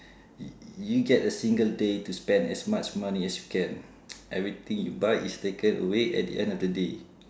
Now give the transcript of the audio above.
you get a single day to spend as much money as you can everything you buy is taken away at the end of the day